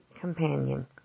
companion